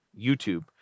YouTube